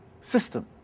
system